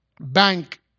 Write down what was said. bank